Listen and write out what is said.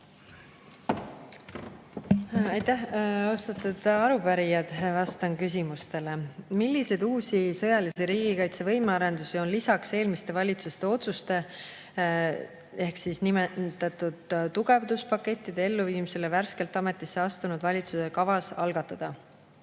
Aitäh! Austatud arupärijad, vastan küsimustele. "Milliseid uusi sõjalise riigikaitse võimearendusi on lisaks eelmiste valitsuste otsuste (nn tugevduspakettide) elluviimisele värskelt ametisse astunud valitsusel kavas algatada?"